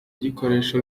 gikoresha